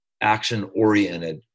action-oriented